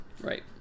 Right